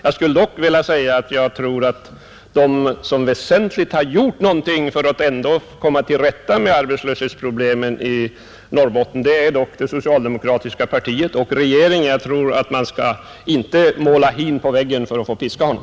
Jag anser emellertid att de som har gjort någonting väsentligt för att komma till rätta med arbetslöshetsproblemen i Norrbotten ändå är det socialdemokratiska partiet och regeringen. Man skall inte måla hin på väggen för att få piska honom,